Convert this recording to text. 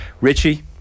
Richie